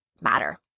matter